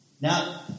Now